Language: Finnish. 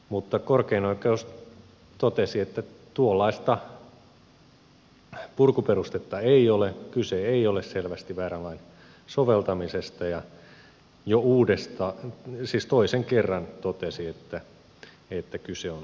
mutta korkein oikeus totesi että tuollaista purkuperustetta ei ole kyse ei ole selvästi väärän lain soveltamisesta ja siis toisen kerran totesi että kyse on sopimusoikeudesta